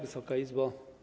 Wysoka Izbo!